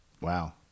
Wow